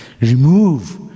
remove